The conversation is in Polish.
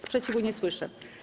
Sprzeciwu nie słyszę.